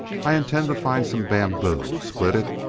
i intend to find some bamboo, split it,